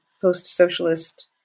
post-socialist